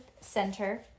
center